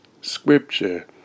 scripture